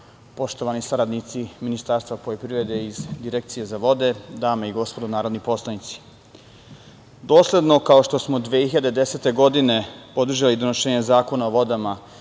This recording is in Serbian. poštovani saradnici iz Direkcije za vode, dame i gospodo narodni poslanici, dosledno kao što smo 2010. godine podržali donošenje Zakona o vodama